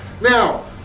Now